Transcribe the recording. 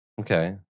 Okay